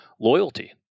loyalty